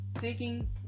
taking